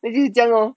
then 就是这样 lor